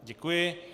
Děkuji.